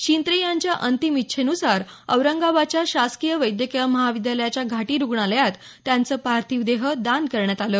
शिंत्रे यांच्या अंतिम इच्छेन्सार औरंगाबादच्या शासकीय वैद्यकीय महाविद्यालयाच्या घाटी रुग्णालयात त्यांचा पार्थिव देह दान करण्यात आला